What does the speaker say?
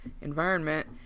environment